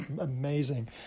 amazing